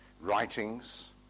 writings